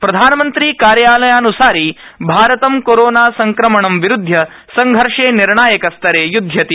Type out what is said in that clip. प्रधानमन्त्री कार्यालयानुसारि भारतं कोरोना संक्रमणं विरुध्य संघर्षे निर्णायकस्तरे युध्यति